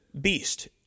Beast